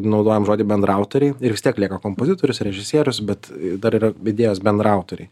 naudojam žodį bendraautoriai ir vis tiek lieka kompozitorius režisierius bet dar yra idėjos bendraautoriai